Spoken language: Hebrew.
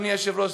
אדוני היושב-ראש,